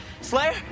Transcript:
Slayer